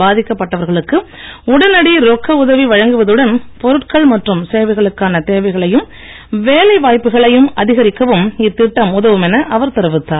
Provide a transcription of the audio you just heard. பாதிக்கப்பட்டவர்களுக்கு உடனடி ரொக்க உதவி வழங்குவதுடன் பொருட்கள் மற்றும் சேவைகளுக்கான தேவைகளையும் வேலை வாய்ப்புகளையும் அதிகரிக்கவும் இத்திட்டம் உதவும் என அவர் தெரிவித்தார்